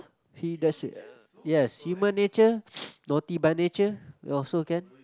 see that's uh yes human nature naughty by nature also can